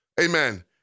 Amen